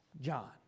John